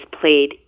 played